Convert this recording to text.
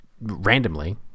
randomly